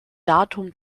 datum